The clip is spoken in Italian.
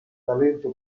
talento